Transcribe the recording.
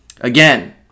again